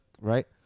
right